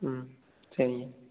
ம் சரிங்க